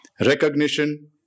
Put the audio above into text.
recognition